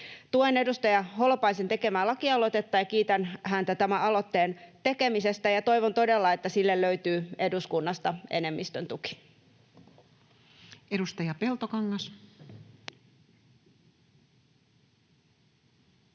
Tuen edustaja Holopaisen tekemää lakialoitetta, kiitän häntä tämän aloitteen tekemisestä ja toivon todella, että sille löytyy eduskunnasta enemmistön tuki. [Speech 211] Speaker: